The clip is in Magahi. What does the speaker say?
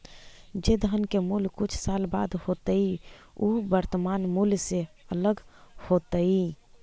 जे धन के मूल्य कुछ साल बाद होतइ उ वर्तमान मूल्य से अलग होतइ